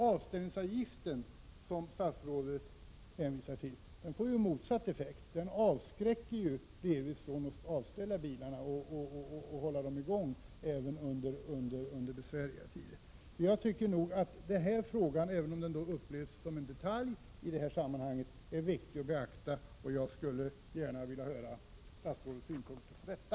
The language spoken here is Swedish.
Avställningsavgiften, som statsrådet hänvisade till, får ju motsatt effekt. Den avskräcker delvis bilisterna från att avställa bilarna och får dem att hålla bilarna i gång även under besvärliga tider. Jag tycker att denna fråga, även om den kan upplevas som en detalj i sammanhanget, är viktig att beakta. Jag skulle gärna vilja höra statsrådets synpunkter på detta.